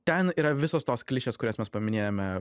ten yra visos tos klišės kurias mes paminėjome